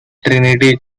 trinity